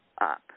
up